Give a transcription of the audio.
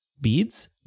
Beads